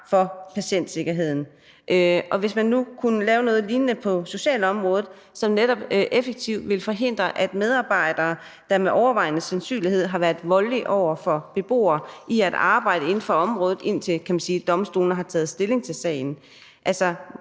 for patientsikkerheden. Man kunne måske lave noget lignende på socialområdet, som netop effektivt ville forhindre medarbejdere, der med overvejende sandsynlighed har været voldelige over for beboere, i at arbejde inden for området, indtil domstolene har taget stilling til sagen.